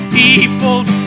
peoples